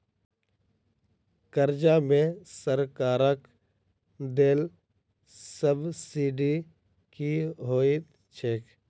कर्जा मे सरकारक देल सब्सिडी की होइत छैक?